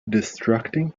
distracting